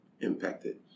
impacted